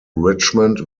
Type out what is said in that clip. richmond